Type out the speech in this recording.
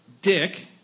dick